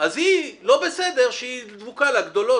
אז היא לא בסדר שהיא דבוקה לגדולות.